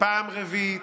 פעם רביעית,